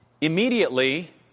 immediately